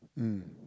mm